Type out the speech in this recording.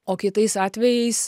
o kitais atvejais